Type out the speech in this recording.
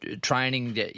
training